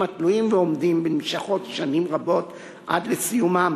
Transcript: התלויים ועומדים נמשכות שנים רבות עד לסיום,